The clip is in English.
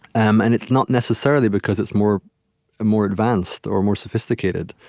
um and it's not necessarily because it's more more advanced or more sophisticated.